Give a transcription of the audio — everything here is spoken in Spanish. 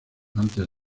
antes